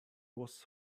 was